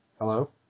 hello